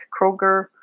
Kroger